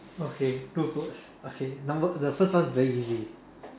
okay good okay number the first one is very easy